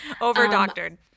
Over-doctored